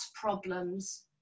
problems